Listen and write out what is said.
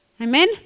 Amen